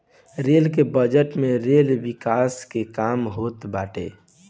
rail के budget में rail विकास के काम होत बाटे